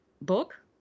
book